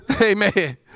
amen